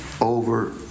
over